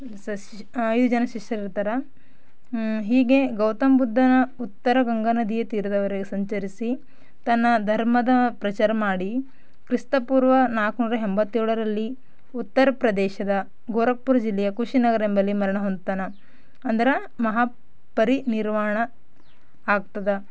ಸಶ್ ಐದು ಜನ ಶಿಷ್ಯರಿರ್ತಾರೆ ಹೀಗೆ ಗೌತಮ್ ಬುದ್ಧನ ಉತ್ತರ ಗಂಗಾ ನದಿಯ ತೀರದವರೆಗೆ ಸಂಚರಿಸಿ ತನ್ನ ಧರ್ಮದ ಪ್ರಚಾರ ಮಾಡಿ ಕ್ರಿಸ್ತ ಪೂರ್ವ ನಾಲ್ಕ್ನೂರ ಎಂಬತ್ತೇಳರಲ್ಲಿ ಉತ್ತರ್ ಪ್ರದೇಶದ ಗೋರಖ್ ಪುರ್ ಜಿಲ್ಲೆಯ ಕುಶಿನಗರ ಎಂಬಲ್ಲಿ ಮರಣ ಹೊಂದ್ತಾನೆ ಅಂದ್ರೆ ಮಹಾ ಪರಿನಿರ್ವಾಣ ಆಗ್ತದೆ